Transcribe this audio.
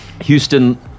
Houston